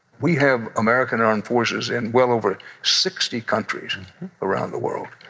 we have american armed forces in well over sixty countries and around the world,